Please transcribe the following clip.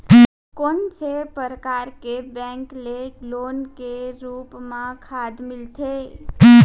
कोन से परकार के बैंक ले लोन के रूप मा खाद मिलथे?